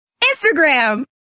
Instagram